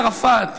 ערפאת,